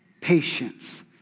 patience